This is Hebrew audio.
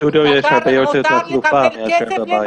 בסטודיו יש הרבה יותר תחלופה מאשר בבית.